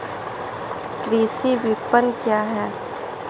कृषि विपणन क्या है?